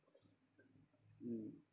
mm